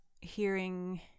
hearing